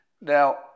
Now